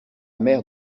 mère